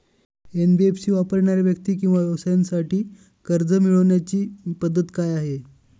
NBFC वापरणाऱ्या व्यक्ती किंवा व्यवसायांसाठी कर्ज मिळविण्याची पद्धत काय आहे?